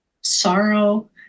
sorrow